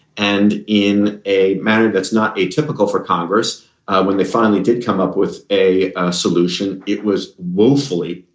and in a manner that's not atypical for congress when they finally did come up with a solution. it was woefully,